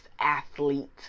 athlete